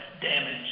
damage